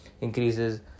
increases